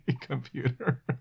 computer